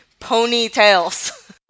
Ponytails